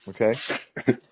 okay